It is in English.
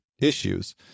issues